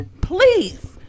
Please